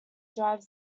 drive